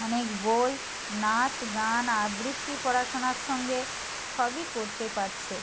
অনেক বই নাচ গান আবৃত্তি পড়াশোনার সঙ্গে সবই করতে পারছে